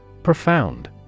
Profound